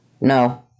No